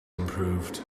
improved